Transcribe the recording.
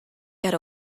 get